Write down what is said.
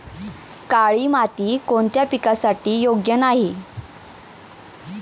काळी माती कोणत्या पिकासाठी योग्य नाही?